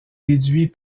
déduit